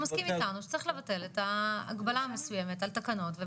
אתה מסכים איתנו שצריך לבטל את ההגבלה המסוימת על תקנות.